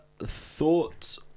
Thoughts